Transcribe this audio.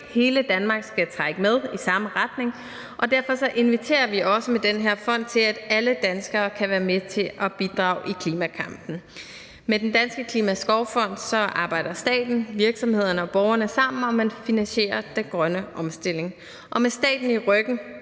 Hele Danmark skal trække med i samme retning, og derfor inviterer vi også med den her fond til, at alle danskere kan være med til at bidrage i klimakampen. Med Den Danske Klimaskovfond arbejder staten, virksomhederne og borgerne sammen om at finansiere den grønne omstilling. Og med staten i ryggen,